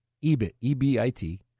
E-B-I-T